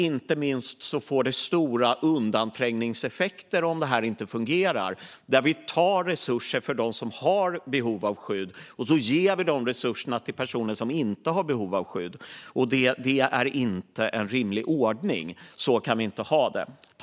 Inte minst får det stora undanträngningseffekter om det här inte fungerar när vi tar resurser från dem som har behov av skydd och ger de resurserna till personer som inte har behov av skydd. Det är inte en rimlig ordning. Så kan vi inte ha det.